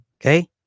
Okay